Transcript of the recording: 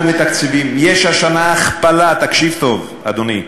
יש השנה הכפלה, תקשיב טוב, אדוני,